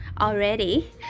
already